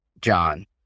John